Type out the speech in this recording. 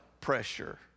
pressure